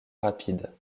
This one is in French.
rapide